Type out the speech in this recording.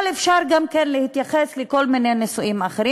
אפשר גם להתייחס לכל מיני נושאים אחרים.